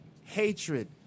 Hatred